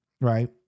right